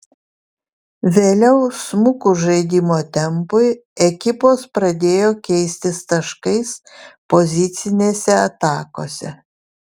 vėliau smukus žaidimo tempui ekipos pradėjo keistis taškais pozicinėse atakose